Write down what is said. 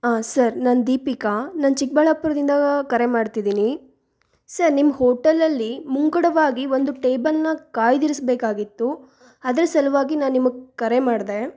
ಆಂ sir ನಾನು ದೀಪಿಕಾ ನಾನು ಚಿಕ್ಕಬಳ್ಳಾಪುರ್ದಿಂದ ಕರೆ ಮಾಡ್ತಿದ್ದೀನಿ ಸರ್ ನಿಮ್ಮ ಹೋಟೆಲ್ಲಲ್ಲಿ ಮುಂಗಡವಾಗಿ ಒಂದು ಟೇಬಲ್ನ ಕಾಯ್ದಿರಿಸ್ಬೇಕಾಗಿತ್ತು ಅದ್ರ ಸಲುವಾಗಿ ನಾನು ನಿಮಗೆ ಕರೆ ಮಾಡಿದೆ